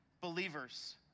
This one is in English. believers